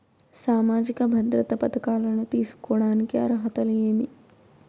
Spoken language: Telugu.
సామాజిక భద్రత పథకాలను తీసుకోడానికి అర్హతలు ఏమి?